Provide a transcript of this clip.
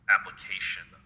application